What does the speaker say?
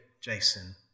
Jason